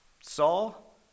Saul